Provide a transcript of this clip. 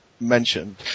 mentioned